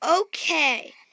Okay